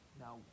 Now